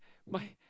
my